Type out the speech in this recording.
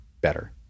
better